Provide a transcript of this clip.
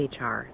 HR